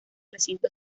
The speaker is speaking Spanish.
recinto